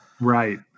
Right